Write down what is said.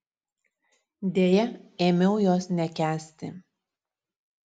deja ėmiau jos nekęsti